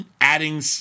adding